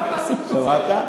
מסודרת?